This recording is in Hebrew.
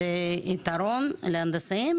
זה יתרון להנדסאים,